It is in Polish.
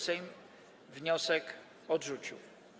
Sejm wniosek odrzucił.